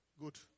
Good